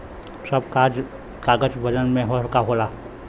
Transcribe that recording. सब कागज वजन में हल्का होला